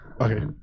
Okay